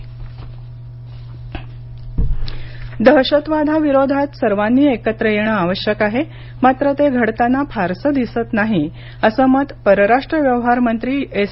जयशंकर दहशतवादाविरोधात सर्वांनी एकत्र येणं आवश्यक आहे मात्र ते घडताना फारसं दिसत नाही असं मत परराष्ट्र व्यवहार मंत्री एस